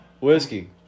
Whiskey